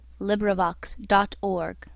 LibriVox.org